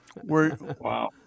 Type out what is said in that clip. wow